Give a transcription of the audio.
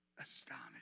astonished